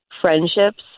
friendships